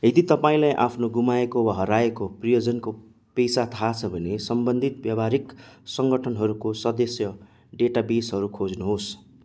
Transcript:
यदि तपाईँँलाई आफ्नो गुमाएको वा हराएको प्रियजनको पेसा थाहा छ भने सम्बन्धित व्यावहारिक सङ्गठनहरूको सदस्य डेटाबेसहरू खोज्नुहोस्